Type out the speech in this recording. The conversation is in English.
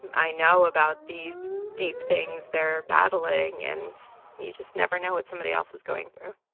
i know about these deep things they're battling, and you just never know what somebody else is going through.